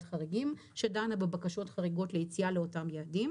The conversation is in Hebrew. חריגים שדנה בבקשות חריגות ליציאה לאותם יעדים,